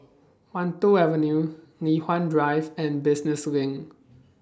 Wan Tho Avenue Li Hwan Drive and Business LINK